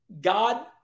God